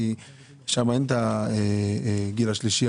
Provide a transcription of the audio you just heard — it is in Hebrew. כי שם אין את הגיל השלישי,